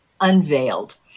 unveiled